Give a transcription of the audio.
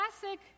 classic